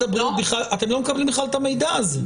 אתם לא מקבלים את המידע הזה.